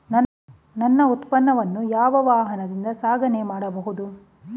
ನನ್ನ ಉತ್ಪನ್ನವನ್ನು ಯಾವ ವಾಹನದಿಂದ ಸಾಗಣೆ ಮಾಡಬಹುದು?